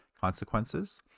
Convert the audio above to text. consequences